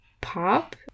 pop